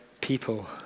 people